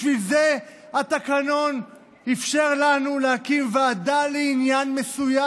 בשביל זה התקנון אפשר לנו להקים ועדה לעניין מסוים?